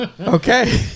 Okay